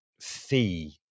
fee